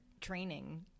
training